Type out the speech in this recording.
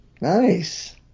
Nice